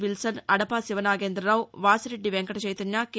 Wilson Adapa Sivanagendhrarao Vasireddi Venkata Chaitanya K